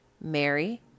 Mary